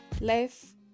life